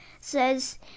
says